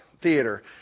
Theater